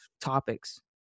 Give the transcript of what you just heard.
topics